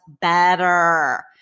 better